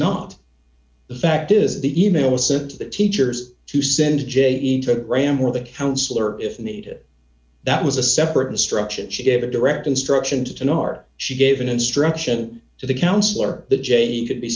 not the fact is the email was sent to the teachers to send je to ram or the counselor if needed that was a separate instruction she gave a direct instruction to an art she gave an instruction to the counselor that j could be